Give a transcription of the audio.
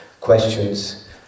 questions